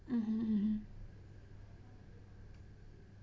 mmhmm mmhmm